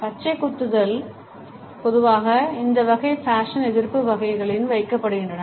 பச்சை குத்தல்கள் பொதுவாக இந்த வகை ஃபேஷன் எதிர்ப்பு வகைகளில் வைக்கப்படுகின்றன